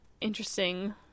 interesting